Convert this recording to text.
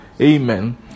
Amen